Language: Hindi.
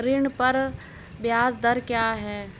ऋण पर ब्याज दर क्या है?